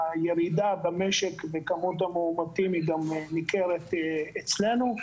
הירידה במשק בכמות המאומתים ניכרת גם אצלנו.